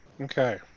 okay